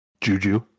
Juju